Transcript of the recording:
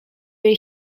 jej